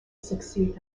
succeed